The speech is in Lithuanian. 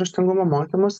raštingumo mokymus